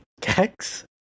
Kex